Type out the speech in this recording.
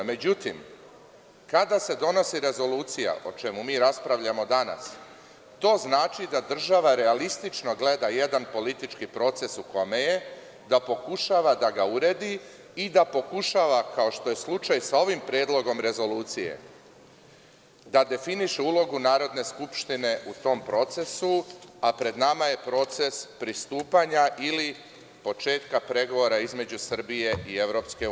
Međutim, kada se donosi rezolucija, o čemu mi raspravljamo danas, to znači da država realistično gleda jedan politički proces u kome je, da pokušava da ga uredi i da pokušava, kao što je slučaj sa ovim predlogom rezolucije, da definiše ulogu Narodne skupštine u tom procesu, a pred nama je proces pristupanja ili početka pregovora između Srbije i EU.